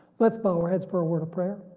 let's bow our heads for a word of prayer